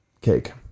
Cake